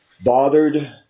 bothered